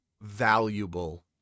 valuable